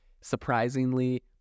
surprisingly